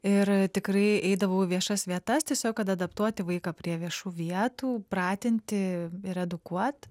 ir tikrai eidavau į viešas vietas tiesiog kad adaptuoti vaiką prie viešų vietų pratinti ir edukuot